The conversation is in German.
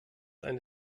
eine